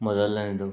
ಮೊದಲನೆಯದು